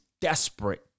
desperate